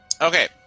Okay